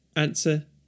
Answer